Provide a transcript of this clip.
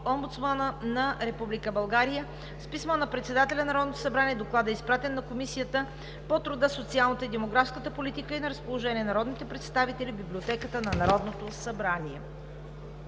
Омбудсмана на Република България. С писмо на председателя на Народното събрание Докладът е изпратен на Комисията по труда, социалната и демографската политика и е на разположение на народните представители в Библиотеката на Народното събрание.